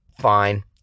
fine